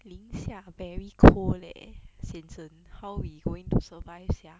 零下 very cool leh 先生 how we going to survive sia